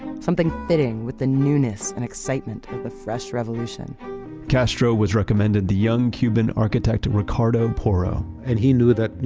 something fitting with the newness and excitement of the fresh revolution castro was recommended the young cuban architect, ricardo porro and he knew that, you